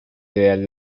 ideal